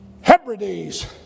Hebrides